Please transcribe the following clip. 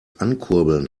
ankurbeln